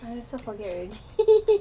I also forget already